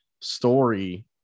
story